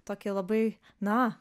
tokį labai na